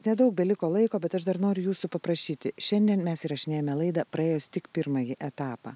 nedaug beliko laiko bet aš dar noriu jūsų paprašyti šiandien mes įrašinėjame laidą praėjus tik pirmąjį etapą